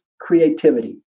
Creativity